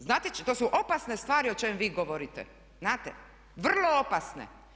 Znate to su opasne stvari o čem vi govorite, znate vrlo opasne.